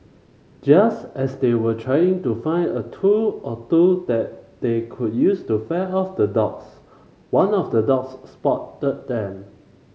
just as they were trying to find a tool or two that they could use to fend off the dogs one of the dogs spotted them